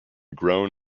grown